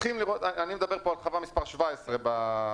אני מדבר על חווה מספר 17 ברשימה.